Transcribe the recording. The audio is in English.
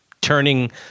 turning